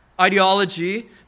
Ideology